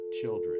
children